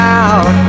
out